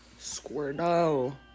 Squirtle